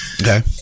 Okay